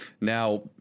Now